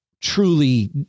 truly